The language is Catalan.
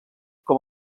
com